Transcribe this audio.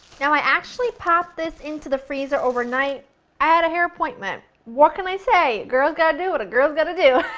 now i actually popped this into the freezer overnight i had a hair appointment what can i say? a girl's gotta do what a girl's gotta do!